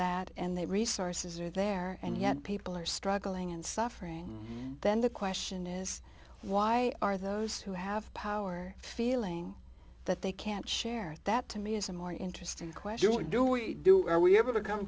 that and the resources are there and yet people are struggling and suffering then the question is why are those who have power feeling that they can't share that to me is a more interesting question what do we do are we able to come